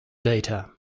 data